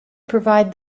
provide